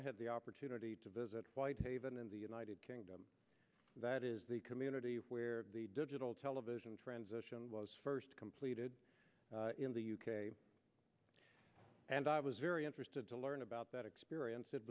i had the opportunity to visit whitehaven in the united kingdom that is the community where the digital television transition was completed in the u k and i was very interested to learn about that experience it